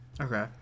okay